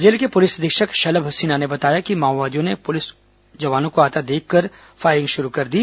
जिले के पुलिस अधीक्षक शलभ सिन्हा ने बताया कि माओवादियों ने पुलिस जवानों को आता देख फायरिंग शुरू कर दी